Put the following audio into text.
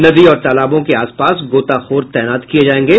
नदी और तालाबों के आसपास गोताखोर तैनात किये जायेंगे